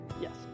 yes